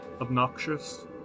obnoxious